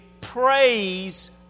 praise